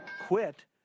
quit